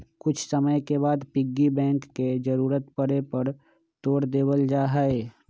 कुछ समय के बाद पिग्गी बैंक के जरूरत पड़े पर तोड देवल जाहई